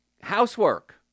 Housework